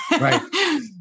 Right